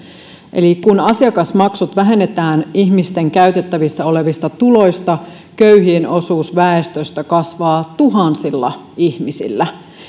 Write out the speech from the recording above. eli kun asiakasmaksut vähennetään ihmisten käytettävissä olevista tuloista köyhien osuus väestöstä kasvaa tuhansilla ihmisillä